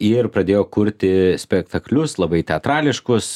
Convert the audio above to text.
ir pradėjo kurti spektaklius labai teatrališkus